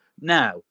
Now